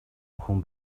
хүн